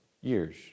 years